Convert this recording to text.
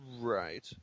Right